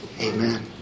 Amen